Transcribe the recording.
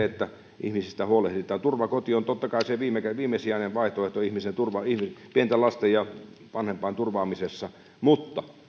että ihmisistä huolehditaan turvakoti on totta kai se viimesijainen vaihtoehto pienten lasten ja vanhempain turvaamisessa mutta